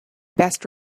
best